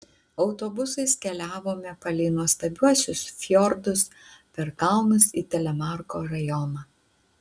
autobusais keliavome palei nuostabiuosius fjordus per kalnus į telemarko rajoną